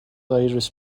آیرس